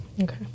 Okay